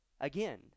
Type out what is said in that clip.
Again